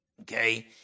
Okay